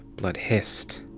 blood hissed.